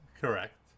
Correct